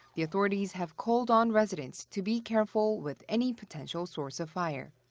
the authorities have called on residents to be careful with any potential source of fire.